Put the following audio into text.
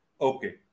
Okay